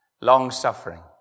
long-suffering